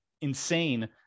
insane